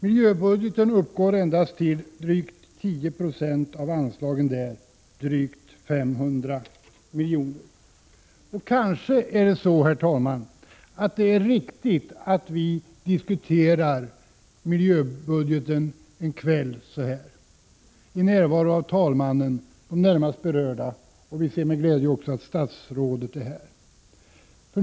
Miljöbudgeten uppgår till endast ca 10 26 av anslagen där, drygt 500 milj.kr. Herr talman! Kanske är det riktigt att vi diskuterar miljöbudgeten en kväll så här, i närvaro av talmannen och de närmast berörda. Vi ser med glädje att också statsrådet är här.